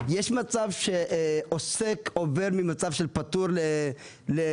יש מצב שעוסק עובר ממצב של פטור לחייב?